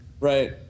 right